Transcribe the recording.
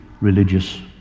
religious